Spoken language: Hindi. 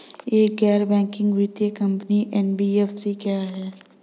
एक गैर बैंकिंग वित्तीय कंपनी एन.बी.एफ.सी क्या है?